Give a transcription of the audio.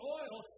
oil